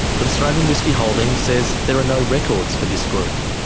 but australian whiskey holdings says there are no records for this group.